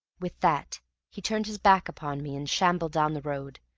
with that he turned his back upon me, and shambled down the road,